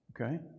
okay